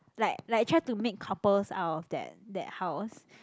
like like try to make couples out of that that house